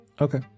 Okay